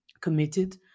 committed